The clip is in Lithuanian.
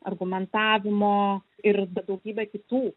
argumentavimo ir daugybė kitų